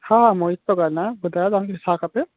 हा मोहित थो ॻाल्हायां ॿुधायो तव्हांखे छा खपे